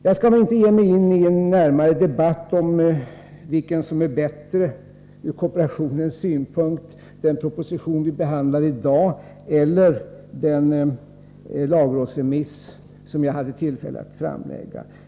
Jag skall inte ge mig in i något större debatt om vilket som är bäst från kooperationens synpunkt: den proposition som vi behandlar i dag eller den lagrådsremiss som jag hade tillfälle att framlägga.